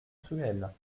cruelle